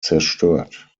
zerstört